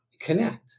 Connect